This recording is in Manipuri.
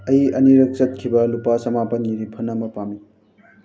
ꯑꯩ ꯑꯅꯤꯔꯛ ꯆꯠꯈꯤꯕ ꯂꯨꯄꯥ ꯆꯃꯥꯄꯟꯒꯤ ꯔꯤꯐꯟ ꯑꯃ ꯄꯥꯝꯃꯤ